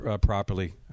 properly